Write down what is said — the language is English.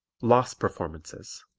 lost performances